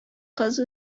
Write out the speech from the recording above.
кыз